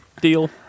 deal